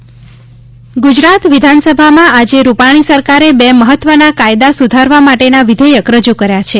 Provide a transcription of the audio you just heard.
વિધાનસભા ખરડો ગુજરાત વિધાનસભામાં આજે રૂપાણી સરકારે બે મહત્વના કાયદા સુધારવા માટેના વિધેયક રજૂ કર્યા છે